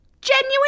Genuine